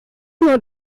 nur